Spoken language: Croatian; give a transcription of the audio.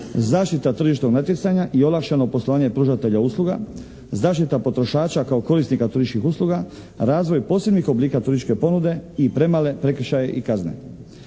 zaštita tržišnog natjecanja i olakšano poslovanje pružatelja usluga, zaštita potrošača kao korisnika turističkih usluga, razvoj posebnih oblika turističke ponude i premale prekršaji i kazne.